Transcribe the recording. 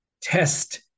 test